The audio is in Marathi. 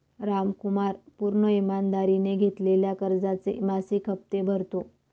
रामकुमार पूर्ण ईमानदारीने घेतलेल्या कर्जाचे मासिक हप्ते भरतो